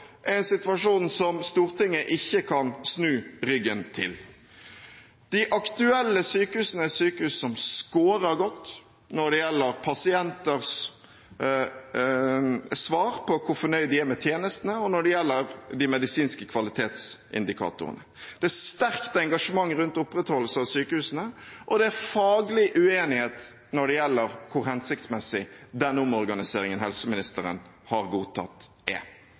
en situasjon som Stortinget ikke kan snu ryggen til. De aktuelle sykehusene er sykehus som skårer godt når det gjelder pasienters svar på hvor fornøyd de er med tjenestene, og når det gjelder de medisinske kvalitetsindikatorene. Det er et sterkt engasjement rundt opprettholdelse av sykehusene, og det er faglig uenighet når det gjelder hvor hensiktsmessig den omorganiseringen helseministeren har godtatt, er.